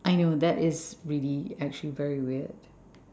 I know that is really actually very weird